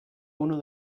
uno